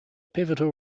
pivotal